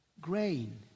Grain